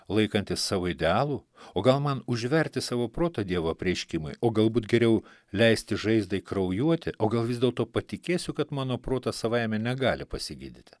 laikantis savo idealų o gal man užverti savo protą dievo apreiškimui o galbūt geriau leisti žaizdai kraujuoti o gal vis dėlto patikėsiu kad mano protas savaime negali pasigydyti